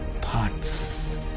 thoughts